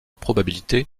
probabilité